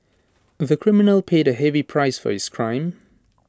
of the criminal paid A heavy price for his crime